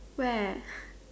where